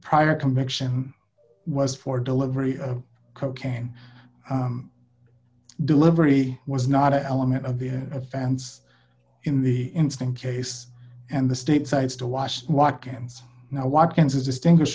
prior conviction was for delivery of cocaine delivery was not an element of the offense in the instinct case and the state sides to wash watkins now watkins is distinguish